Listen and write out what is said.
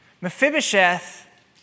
Mephibosheth